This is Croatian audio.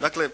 Dakle,